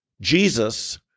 Jesus